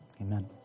amen